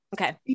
Okay